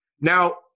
now